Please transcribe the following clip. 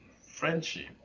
friendship